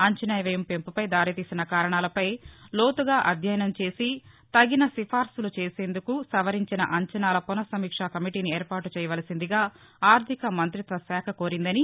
అంచనా వ్యయం పెంపుకు దారితీసిన కారణాలపై లోతుగా అధ్యయనం చేసి తగిన సిఫార్సులు చేసేందుకు సవరించిన అంనాల పునసమీక్ష కమిటీని ఏర్పాటు చేయవలసిందిగా ఆర్థిక మంతిత్వ శాఖ కోరిందని